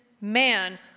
man